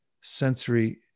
sensory